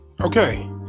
Okay